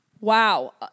Wow